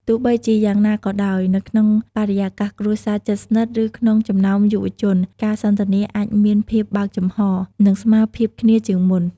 ទោះបីជាយ៉ាងណាក៏ដោយ នៅក្នុងបរិយាកាសគ្រួសារជិតស្និទ្ធ ឬក្នុងចំណោមយុវជន ការសន្ទនាអាចមានភាពបើកចំហរ និងស្មើភាពគ្នាជាងមុន។